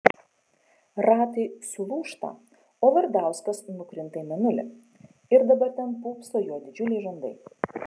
ratai sulūžta o vardauskas nukrinta į mėnulį ir dabar ten pūpso jo didžiuliai žandai